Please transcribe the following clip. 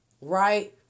right